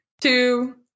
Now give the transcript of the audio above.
two